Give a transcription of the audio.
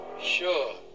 Sure